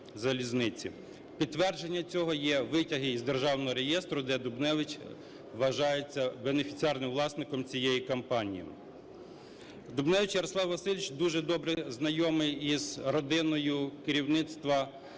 Підтвердженням цього є витяги із державного реєстру, де Дубневич вважається бенефіціарним власником цієї компанії. Дубневич Ярослав Васильович дуже добре знайомий із родиною керівництва